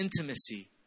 intimacy